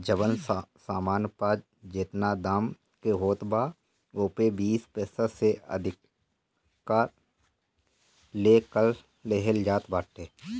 जवन सामान पअ जेतना दाम के होत बा ओपे बीस प्रतिशत से अधिका ले कर लेहल जात बाटे